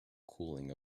cooling